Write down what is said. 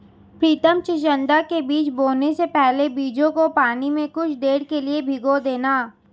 प्रितम चिचिण्डा के बीज बोने से पहले बीजों को पानी में कुछ देर के लिए भिगो देना